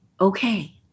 okay